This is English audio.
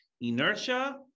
inertia